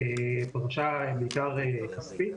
פרשה בעיקר כספית,